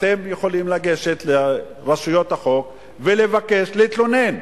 אתם יכולים לגשת לרשויות החוק ולבקש להתלונן.